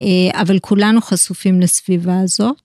אבל כולנו חשופים לסביבה הזו.